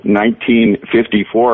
1954